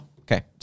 Okay